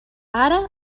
ara